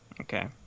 Okay